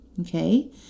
Okay